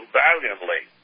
valiantly